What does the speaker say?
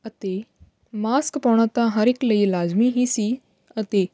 ਅਤੇ ਮਾਸਕ ਪਾਉਣਾ ਤਾਂ ਹਰ ਇੱਕ ਲਈ ਲਾਜ਼ਮੀ ਹੀ ਸੀ ਅਤੇ